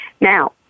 Now